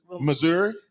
Missouri